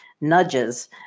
nudges